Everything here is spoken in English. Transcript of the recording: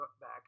back